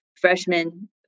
freshman